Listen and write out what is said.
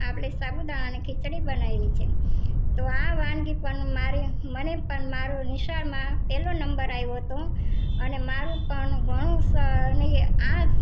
આપણે સાબુદાણાની ખિચડી બનાયેલી છે તો આ વાનગી પણ મારી મને પણ મારું નિશાળમાં પહેલો નંબર આવ્યો હતો અને મારું પણ ઘણું સારું આ